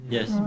Yes